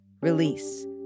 release